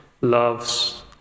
loves